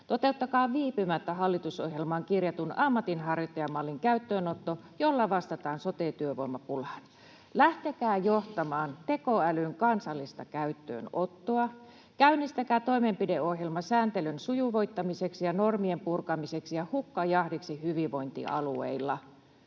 Toteuttakaa viipymättä hallitusohjelmaan kirjatun ammatinharjoittajamallin käyttöönotto, jolla vastataan sote-työvoimapulaan. Lähtekää johtamaan tekoälyn kansallista käyttöönottoa. Käynnistäkää toimenpideohjelma sääntelyn sujuvoittamiseksi ja normien purkamiseksi ja hukkajahdiksi hyvinvointialueilla.